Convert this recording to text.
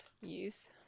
use